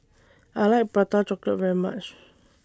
I like Prata Chocolate very much